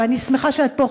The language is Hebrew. ואני שמחה שאת פה,